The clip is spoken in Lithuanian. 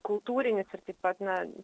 kultūrinis ir taip pat na